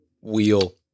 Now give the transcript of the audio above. wheel